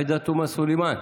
עאידה תומא סלימאן,